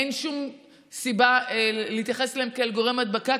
אין שום סיבה להתייחס אליהם כאל גורם הדבקה,